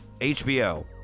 HBO